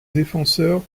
défenseur